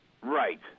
right